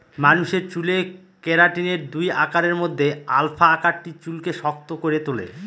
মানুষের চুলে কেরাটিনের দুই আকারের মধ্যে আলফা আকারটি চুলকে শক্ত করে তুলে